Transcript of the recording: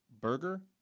Burger